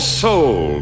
soul